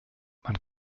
man